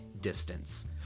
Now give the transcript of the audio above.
distance